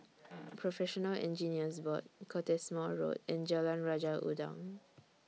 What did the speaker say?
Professional Engineers Board Cottesmore Road and Jalan Raja Udang